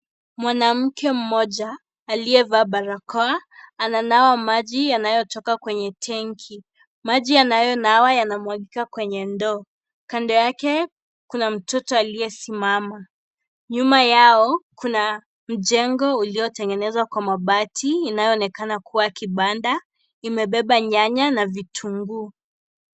Mwanamke aliyevaa barakoa anaonekana kunawa mikono kwa maji yanayotoka kwenye tenki huku yakimwagika kwenye ndoo. Kando yake kuna mtoto, na nyuma yao kuna jengo kama kibanda lililojengwa kwa mabati ya samawati lililowekwa nyanya na vitungu.